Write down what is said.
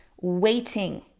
waiting